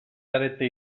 zarete